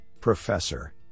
professor